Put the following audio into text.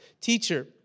Teacher